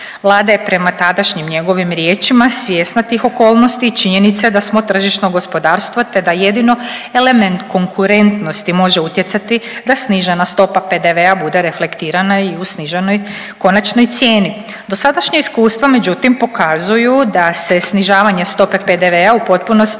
Vlada je prema tadašnjim njegovim riječima svjesna tih okolnosti i činjenice da smo tržišno gospodarstvo, te da jedino element konkurentnosti može utjecati da snižena stopa PDV-a bude reflektirana i u sniženoj konačnoj cijeni. Dosadašnje iskustvo međutim pokazuju da se snižavanje stope PDV-a u potpunosti